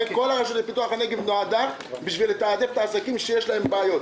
כל הרשות לפיתוח הנגב נועדה לתעדף עסקים שיש להם בעיות.